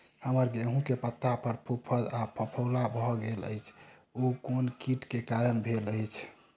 हम्मर गेंहूँ केँ पत्ता पर फफूंद आ फफोला भऽ गेल अछि, ओ केँ कीट केँ कारण भेल अछि?